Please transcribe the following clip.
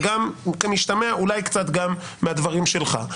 וגם כמשתמע אולי קצת גם מהדברים שלך,